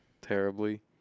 terribly